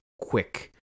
quick